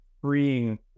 freeing